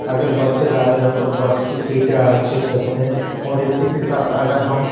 अगर बस से जा रहे हों तो बस की सीटें आरक्षित करते हैं और इसी के साथ अगर हम